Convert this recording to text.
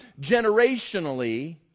generationally